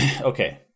Okay